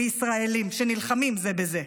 מישראלים שנלחמים זה בזה.